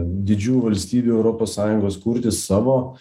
didžiųjų valstybių europos sąjungos kurti savo